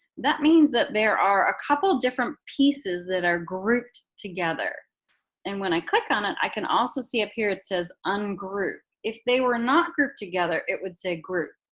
that means that there are a couple different pieces that are grouped together and when i click on it i can also see up here it says ungroup. if they were not grouped together it would say group.